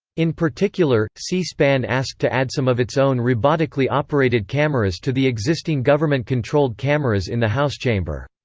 in particular, c-span asked to add some of its own robotically operated cameras to the existing government-controlled cameras in the house chamber.